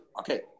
Okay